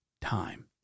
time